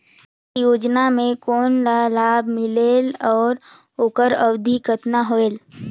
ये योजना मे कोन ला लाभ मिलेल और ओकर अवधी कतना होएल